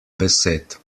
besed